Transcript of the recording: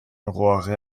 rohre